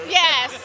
yes